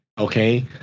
Okay